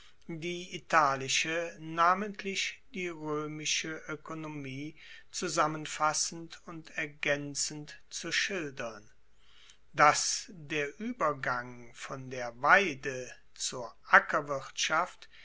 die italische namentlich die roemische oekonomie zusammenfassend und ergaenzend zu schildern dass der uebergang von der weide zur